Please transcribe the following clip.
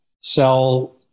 sell